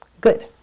good